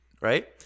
right